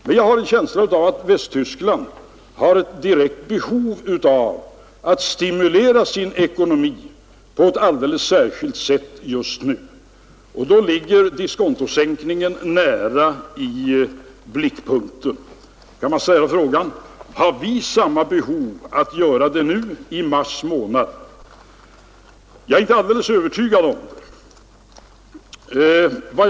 Men jag har en känsla av att Västtyskland har ett direkt behov av att stimulera sin ekonomi på ett alldeles särskilt sätt just nu, och då ligger diskontosänkningen nära i blickpunkten. Man kan fråga sig om vi har samma behov av att stimulera ekonomin nu i mars månad. Jag är inte alldeles övertygad om det.